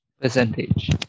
Percentage